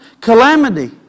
Calamity